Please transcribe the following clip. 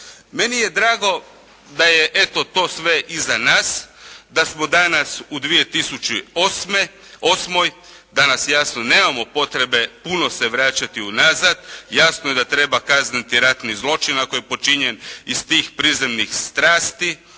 Meni je drago da je eto to sve iza nas, da smo danas u 2008., danas jasno nemamo potrebe puno se vraćati unazad, jasno je da treba kazniti ratni zločin ako je počinjen iz tih prizemnih strasti,